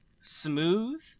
smooth